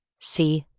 see,